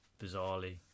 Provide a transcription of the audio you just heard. bizarrely